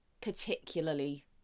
particularly